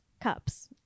cups